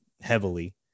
heavily